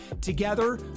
Together